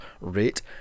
rate